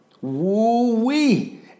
Woo-wee